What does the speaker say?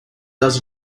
does